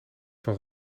van